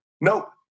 Nope